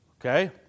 Okay